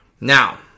Now